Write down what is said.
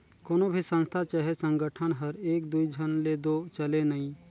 कोनो भी संस्था चहे संगठन हर एक दुई झन ले दो चले नई